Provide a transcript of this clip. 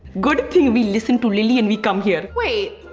good thing we listen to lilly and we come here. wait.